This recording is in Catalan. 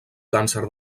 càncer